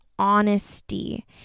honesty